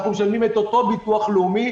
אנחנו משלמים את אותו ביטוח לאומי,